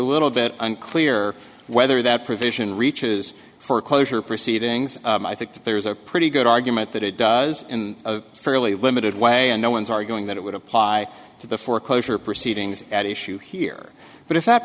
little bit unclear whether that provision reaches for quote proceedings i think there's a pretty good argument that it does in a fairly limited way and no one's arguing that it would apply to the foreclosure proceedings at issue here but if that